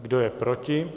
Kdo je proti?